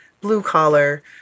blue-collar